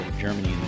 Germany